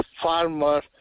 farmer